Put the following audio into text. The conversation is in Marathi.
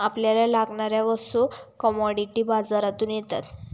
आपल्याला लागणाऱ्या वस्तू कमॉडिटी बाजारातून येतात